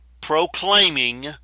proclaiming